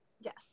yes